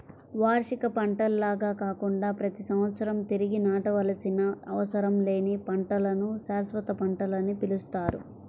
వార్షిక పంటల్లాగా కాకుండా ప్రతి సంవత్సరం తిరిగి నాటవలసిన అవసరం లేని పంటలను శాశ్వత పంటలని పిలుస్తారు